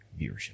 viewership